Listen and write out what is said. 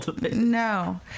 No